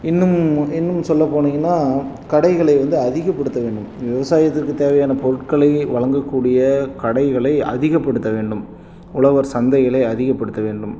இன்னும் இன்னும் சொல்லப் போனிங்கன்னா கடைகளை வந்து அதிகப்படுத்த வேண்டும் விவசாயத்திற்கு தேவையான பொருட்களை வழங்கக்கூடிய கடைகளை அதிகப்படுத்த வேண்டும் உழவர் சந்தைகளை அதிகப்படுத்த வேண்டும்